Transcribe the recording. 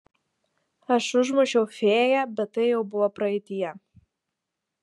aš užmušiau fėją bet tai jau buvo praeityje